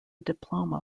diploma